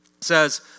says